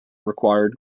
required